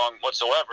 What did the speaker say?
whatsoever